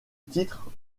titre